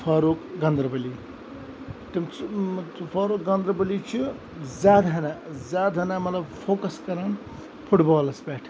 فاروق گاندَربلی تِم چھِ فاروق گاندَربلی چھِ زیادٕ ہنہ زیادٕ ہنہ مَطلَب فوکَس کَران فُٹ بالَس پٮ۪ٹھ